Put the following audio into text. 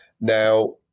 Now